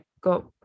got